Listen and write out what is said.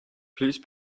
please